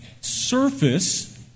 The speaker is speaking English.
surface